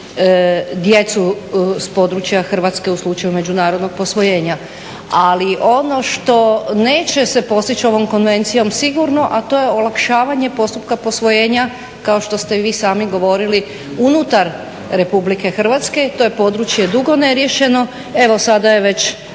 djecu s područja Hrvatske u slučaju međunarodnog posvojenja. Ali, ono što neće se postići ovom konvencijom sigurno, a to je olakšavanje postupka posvojenja kao što ste i vi sami govorili unutar RH. To je područje dugo neriješeno. Evo sada je već